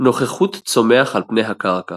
נוכחות צומח על פני הקרקע